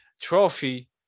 Trophy